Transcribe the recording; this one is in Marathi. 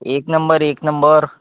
एक नंबर एक नंबर